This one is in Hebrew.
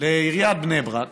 לעיריית בני ברק